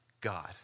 God